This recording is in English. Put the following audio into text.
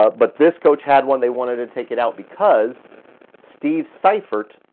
ah but this coach had one. they wanted to take it out because steve seifert